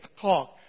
talk